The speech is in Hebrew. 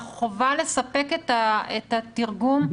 החובה לספק את התרגום היא בעקבות בקשה.